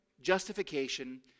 justification